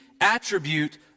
attribute